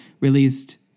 released